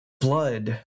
blood